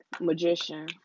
Magician